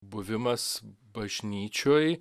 buvimas bažnyčioj